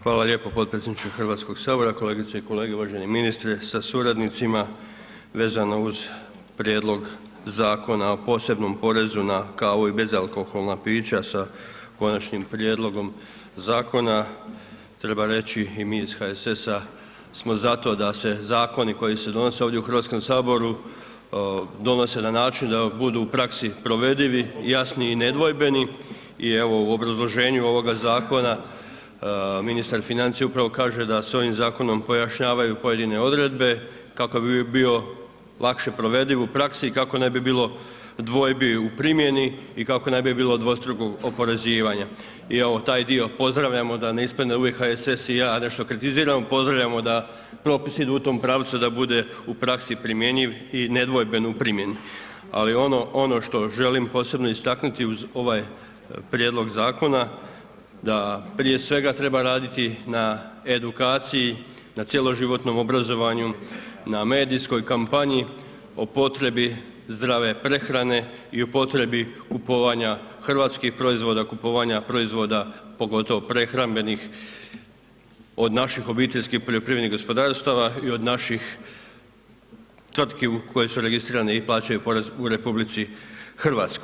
Hvala lijepo potpredsjedniče HS, kolegice i kolege, uvaženi ministre sa suradnicima, vezano uz Prijedlog zakona o posebnom porezu na kavu i bezalkoholna pića sa konačnim prijedlogom zakona treba reći i mi iz HSS-a smo za to da se zakoni koji se donose ovdje u HS donose na način da budu u praksi provedivi, jasni i nedvojbeni i evo u obrazloženju ovoga zakona ministar financija upravo kaže da se ovim zakonom pojašnjavaju pojedine odredbe kako bi bio lakše provediv u praksi i kako ne bi bilo dvojbi u primjeni i kako ne bi bilo dvostrukog oporezivanja i evo taj dio pozdravljamo da ne ispadne uvijek da HSS i ja nešto kritiziramo, pozdravljamo da propisi idu u tom pravcu da bude u praksi primjenjiv i nedvojben u primjeni, ali ono, ono što želim posebno istakniti uz ovaj prijedlog zakona da prije svega treba raditi na edukaciji, na cjeloživotnom obrazovanju, na medijskoj kampanji o potrebi zdrave prehrane i o potrebi kupovanja hrvatskih proizvoda, kupovanja proizvoda pogotovo prehrambenih od naših OPG-ova i od naših tvrtke koje su registrirane i plaćaju porez u RH.